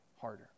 harder